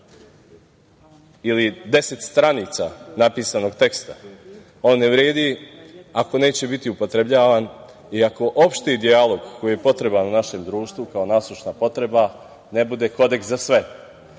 ili deset stranica napisanog teksta. On ne vredi ako neće biti upotrebljavan i ako opšti dijalog koji je potreban u našem društvu kao nasušna potreba ne bude kodeks za sve.